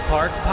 Park